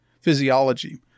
physiology